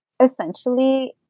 Essentially